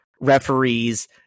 referees